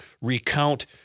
recount